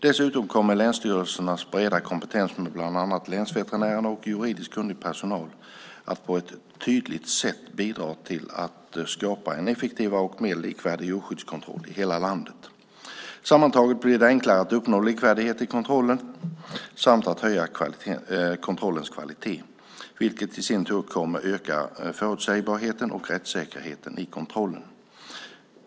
Dessutom kommer länsstyrelsernas breda kompetens med bland annat länsveterinärerna och juridiskt kunnig personal att på ett tydligt sätt bidra till att skapa en effektivare och mer likvärdig djurskyddskontroll i hela landet. Sammantaget blir det enklare att uppnå likvärdighet i kontrollen samt att höja kontrollens kvalitet, vilket i sin tur kommer att öka förutsägbarheten och rättsäkerheten i kontrollen.